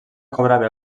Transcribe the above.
cobrava